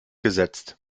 gesetzt